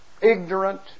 ignorant